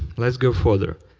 let's go further.